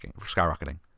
skyrocketing